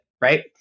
Right